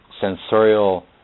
sensorial